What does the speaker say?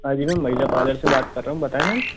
हाँ जी मैम महिला पार्लर से बात कर रहा हूँ बताएँ मैम